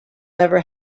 never